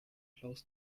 blaues